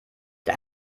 der